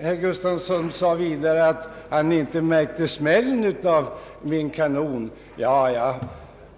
Herr Gustafsson sade vidare, att han inte märkte smällen från min kanon. Jag